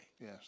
Yes